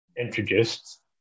introduced